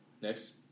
next